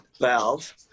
valve